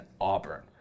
Auburn